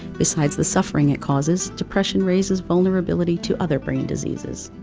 besides the suffering it causes, depression raises vulnerability to other brain diseases.